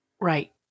Right